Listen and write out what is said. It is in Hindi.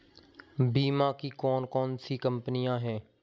बीमा की कौन कौन सी कंपनियाँ हैं?